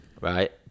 right